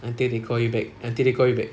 until they call you back until they call you back